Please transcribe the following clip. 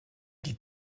die